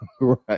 Right